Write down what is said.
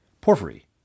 Porphyry